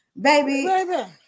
Baby